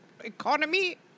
economy